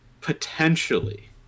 potentially